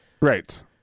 Right